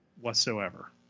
Whatsoever